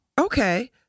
Okay